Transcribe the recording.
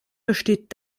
besteht